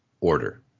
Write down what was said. order